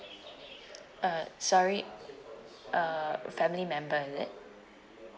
uh sorry uh family member is it